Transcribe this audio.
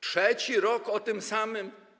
Trzeci rok o tym samym?